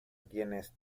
quienes